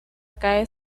cae